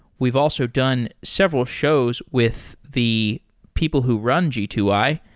we've also done several shows with the people who run g two i,